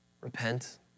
repent